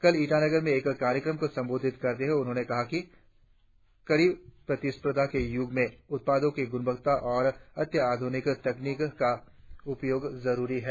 कल ईटानगर में एक कार्यक्रम को संबोधित करते हुए उन्होंने कहा कि कड़ी प्रतिष्पर्धा के युग में उत्पादों की गुनवत्ता और अत्याधुनिक तकनिक का उपयोग जरुरी है